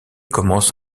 commence